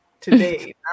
today